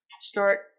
start